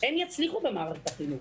יצליחו במערכת החינוך.